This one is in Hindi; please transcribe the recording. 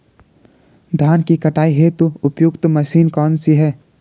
धान की कटाई हेतु उपयुक्त मशीन कौनसी है?